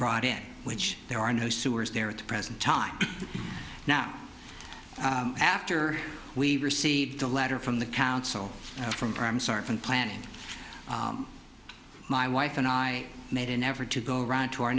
brought in which there are no sewers there at the present time now after we received a letter from the council from planning my wife and i made an effort to go around to our